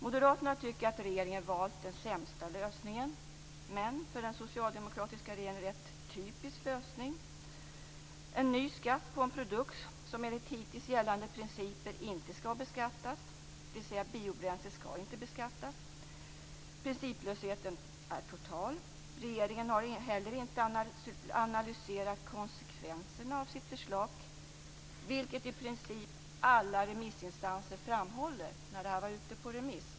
Moderaterna tycker att regeringen har valt den sämsta lösningen, men en för den socialdemokratiska regeringen rätt typisk lösning: en ny skatt på en produkt som enligt hittills gällande principer inte skall beskattas. Biobränslen skall nämligen inte beskattas. Principlösheten är total. Regeringen har heller inte analyserat konsekvenserna av sitt förslag, vilket i princip alla remissinstanser framhöll när det här var ute på remiss.